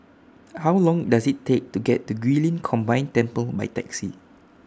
How Long Does IT Take to get to Guilin Combined Temple By Taxi